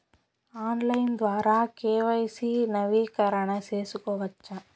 Online ద్వారా KYC నవీకరణ సేసుకోవచ్చా?